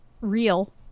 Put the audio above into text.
real